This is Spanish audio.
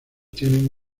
tienen